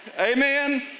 Amen